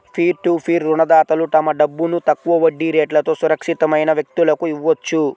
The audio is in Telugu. పీర్ టు పీర్ రుణదాతలు తమ డబ్బును తక్కువ వడ్డీ రేట్లతో సురక్షితమైన వ్యక్తులకు ఇవ్వొచ్చు